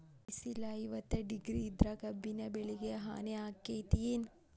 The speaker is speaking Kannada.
ಬಿಸಿಲ ಐವತ್ತ ಡಿಗ್ರಿ ಇದ್ರ ಕಬ್ಬಿನ ಬೆಳಿಗೆ ಹಾನಿ ಆಕೆತ್ತಿ ಏನ್?